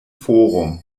forum